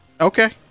Okay